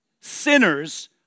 Sinners